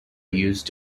use